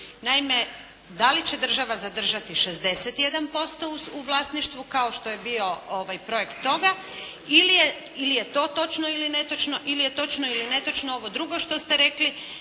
Naime, da li će država zadržati 61% u vlasništvu kao što je bio projekt toga, ili je, ili je to točno ili netočno, ili je točno ili netočno ovo drugo što ste rekli